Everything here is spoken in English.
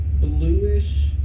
bluish